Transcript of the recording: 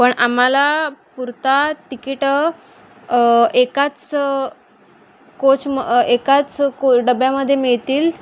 पण आम्हाला पुरता तिकीटं एकाच कोच म एकाच को डब्यामध्ये मिळतील